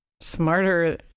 smarter